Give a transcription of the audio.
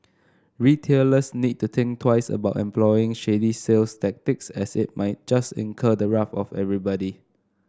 retailers need to think twice about employing shady sales tactics as it might just incur the wrath of everybody